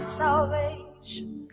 salvation